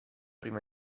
primo